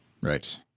Right